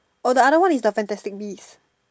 oh the other one is the fantastic beasts